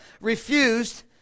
refused